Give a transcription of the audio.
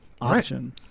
option